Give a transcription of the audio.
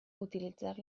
utilitzar